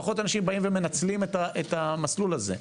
פחות אנשים באים ומנצלים את המסלול הזה.